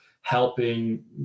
helping